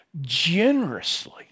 generously